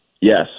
Yes